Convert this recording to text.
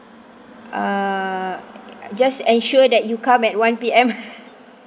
err just ensure that you come at one P_M